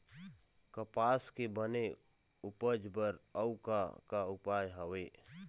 कपास के बने उपज बर अउ का का उपाय हवे?